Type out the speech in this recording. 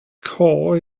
core